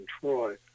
Troy